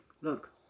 Look